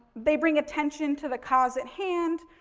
they bring attention to the cause at hand.